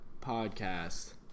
Podcast